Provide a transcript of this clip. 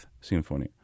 Symphony